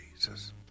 Jesus